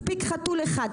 מספיק חתול אחד,